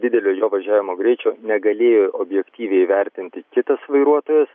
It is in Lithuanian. didelio jo važiavimo greičio negalėjo objektyviai įvertinti kitas vairuotojas